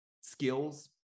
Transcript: skills